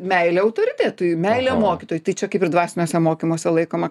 meilė autoritetui meilė mokytojui tai čia kaip ir dvasiniuose mokymuose laikoma